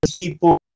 people